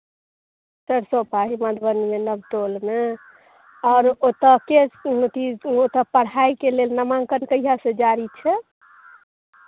सरिसब पाही मधुबनीमे नवटोलमे आओर ओतयके अथी ओतय पढ़ाइके लेल नमाङ्कन कहियासँ जारी छै